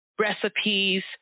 recipes